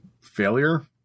failure